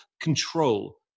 control